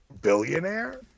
billionaire